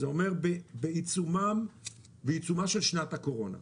שזה אומר בעיצומה של שנת הקורונה,